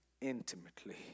intimately